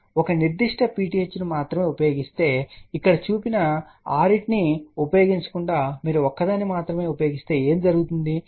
మీరు ఒక నిర్దిష్ట PTH ను మాత్రమే ఉపయోగిస్తే ఇక్కడ చూపిన 6 ని ఉపయోగించకుండా మీరు ఒక్కదాన్ని మాత్రమే ఉపయోగిస్తే ఏమి జరుగుతుంది